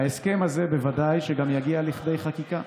ההסכם הזה, בוודאי שגם יגיע לכדי חקיקה.